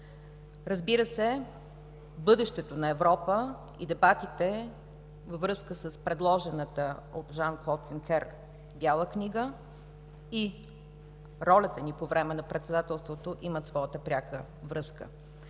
Разбира се, бъдещето на Европа и дебатите във връзка с предложената от Жан-Клод Юнкер Бяла книга и ролята ни по време на председателството имат своята пряка връзка,